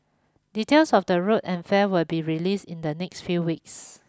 details of the route and fare will be release in the next few weeks